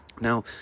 Now